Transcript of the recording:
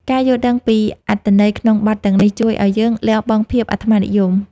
ការយល់ដឹងពីអត្ថន័យក្នុងបទទាំងនេះ ជួយឱ្យយើងលះបង់ភាពអាត្មានិយម។